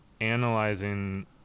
analyzing